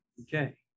Okay